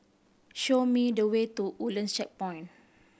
show me the way to Woodlands Checkpoint